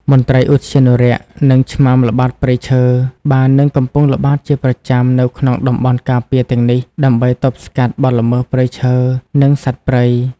មន្ត្រីឧទ្យានុរក្ស និង ឆ្មាំល្បាតព្រៃឈើ បាននិងកំពុងល្បាតជាប្រចាំនៅក្នុងតំបន់ការពារទាំងនេះ ដើម្បីទប់ស្កាត់បទល្មើសព្រៃឈើ និងសត្វព្រៃ។